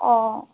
অঁ